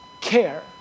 care